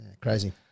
Crazy